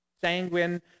sanguine